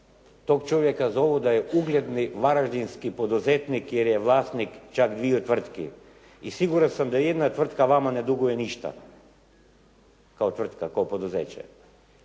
tog čovjeka zovu da je ugledni varaždinski poduzetnik jer je vlasnik čak dviju tvrtki. I siguran sam da vama nijedna tvrtka ne duguje ništa, kao tvrtka, kao poduzeće,